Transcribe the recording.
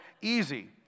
easy